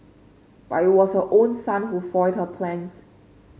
but it was her own son who foiled her plans